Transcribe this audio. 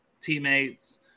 teammates